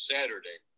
Saturday